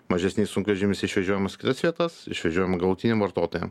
mažesniais sunkvežimiais išvežiojamas į kitas vietas išvežiojama galutiniam vartotojam